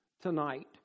tonight